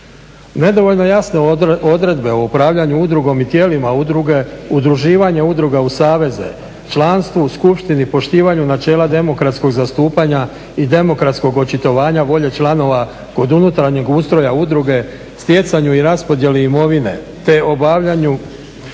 Nedovoljno jasne odredbe o upravljanju udrugom i tijelima udruge, udruživanje udruga u saveze, članstvu, skupštini, poštivanju načela demokratskog zastupanja i demokratskog očitovanja volje članova kod unutarnjeg ustroja udruge, stjecanju i raspodjeli imovine te obavljanju